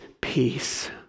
peace